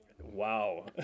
Wow